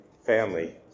family